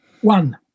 One